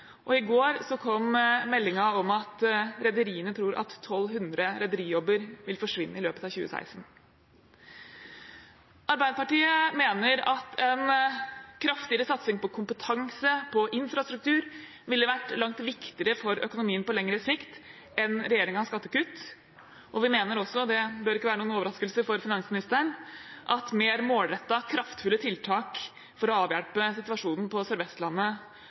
og i går kom meldingen om at rederiene tror at 1 200 rederijobber vil forsvinne i løpet av 2016. Arbeiderpartiet mener at en kraftigere satsing på kompetanse og på infrastruktur ville vært langt viktigere for økonomien på lengre sikt enn regjeringens skattekutt, og vi mener også – det bør ikke være noen overraskelse for finansministeren – at mer målrettede, kraftfulle tiltak for å avhjelpe situasjonen på